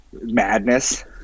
madness